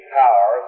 power